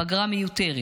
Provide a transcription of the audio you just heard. פגרה מיותרת,